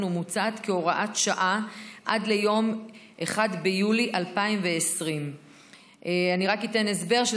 ומוצעת כהוראת שעה עד ליום 1 ביולי 2020. אני רק אתן הסבר: זה